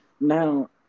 Now